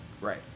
Right